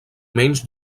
menys